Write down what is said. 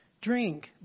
drink